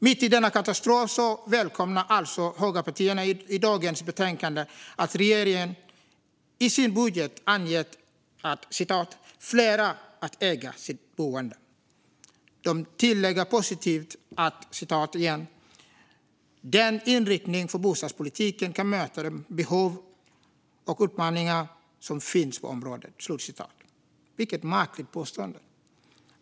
Mitt i denna katastrof välkomnar alltså högerpartierna i dagens betänkande att regeringen i sin budget angett att fler ska äga sitt boende. Man tillägger, positivt, att "regeringens inriktning för bostadspolitiken kan möta de behov och utmaningar som finns på området". Vilket märkligt påstående!